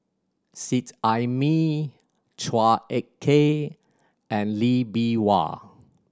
Seet Ai Mee Chua Ek Kay and Lee Bee Wah